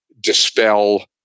dispel